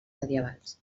medievals